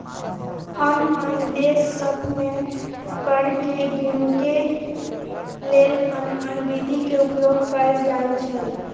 आन आन देश सभ में कर के गीनेके के लेल आन आन विधि के उपयोग कएल जाइ छइ